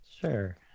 sure